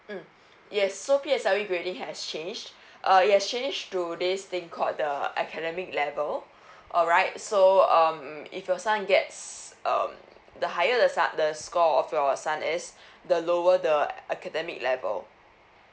mm yes so P_S_L_E really has changed uh yes changed to this thing called the uh academic level alright so um if your son gets um the higher the the score of your son is the lower the academic level